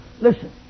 listen